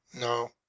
no